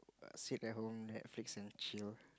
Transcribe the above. err sit at home Netflix and chill